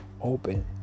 open